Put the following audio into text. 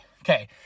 Okay